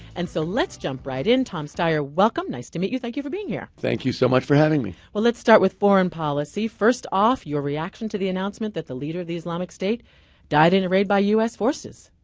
and so let's jump right in. tom steyer, welcome, nice to meet you. thank you for being here. thank you so much for having me. well, let's start with foreign policy. first off, your reaction to the announcement that the leader of the islamic state died in a raid by us forces.